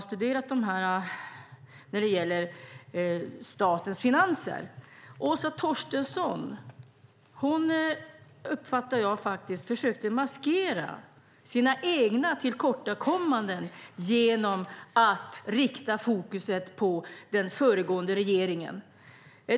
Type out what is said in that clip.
Min uppfattning när det gäller statens finanser är att Åsa Torstensson försökte maskera sina egna tillkortakommanden genom att rikta fokus på den föregående regeringen.